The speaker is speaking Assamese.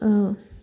অঁ